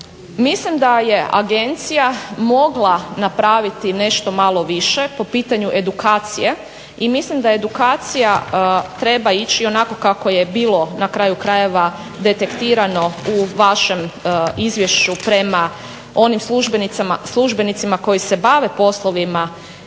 Mislim da je agencija mogla napraviti nešto malo više po pitanju edukacije i mislim da edukacija treba ići onako kako je bilo na kraju krajeva detektirano u vašem izvješću prema onim službenicima koji se bave poslovima